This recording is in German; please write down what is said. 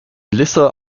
melissa